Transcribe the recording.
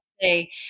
say